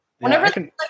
whenever